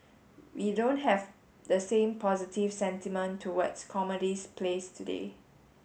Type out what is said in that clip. we don't have the same positive sentiment towards plays today